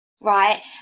Right